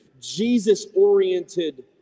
Jesus-oriented